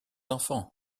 enfants